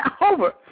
over